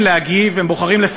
מי